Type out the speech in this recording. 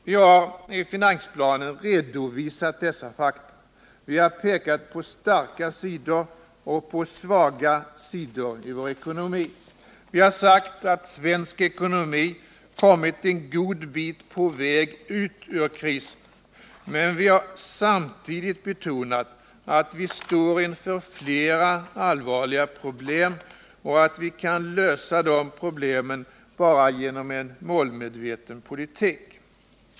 Vi har i finansplanen redovisat dessa fakta och pekat på starka och svaga sidor i vår ekonomi. Vi har sagt att svensk ekonomi kommit en god bit på väg ut ur krisen. Men vi har samtidigt betonat att vårt land står inför flera allvarliga problem och att vi kan lösa dessa bara genom en målmedveten politik.